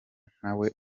ntawe